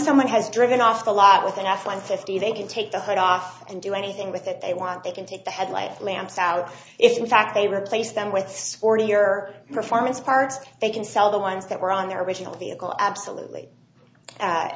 someone has driven off the lot with an f one fifty they can take the heat off and do anything with it they want they can take the headlight lamps out if in fact they replace them with sporty or performance parts they can sell the ones that were on their original vehicle absolutely a